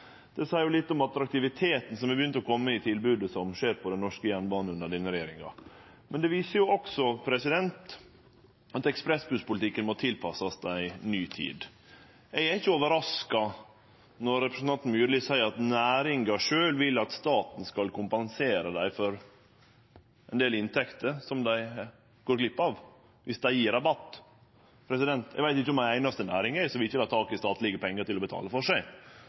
Det seier litt om attraktiviteten som er begynt å kome i tilbodet til den norske jernbanen under denne regjeringa. Men det viser også at ekspressbusspolitikken må tilpassast ei ny tid. Eg er ikkje overraska når representanten Myrli seier at næringa sjølv vil at staten skal kompensere dei for ein del inntekter som dei går glipp av dersom dei gjev rabatt. Eg veit ikkje om ei einaste næring som ikkje vil ha tak i statlege pengar til å betale for seg.